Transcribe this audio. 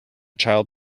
child